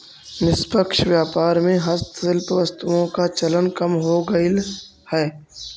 निष्पक्ष व्यापार में हस्तशिल्प वस्तुओं का चलन कम हो गईल है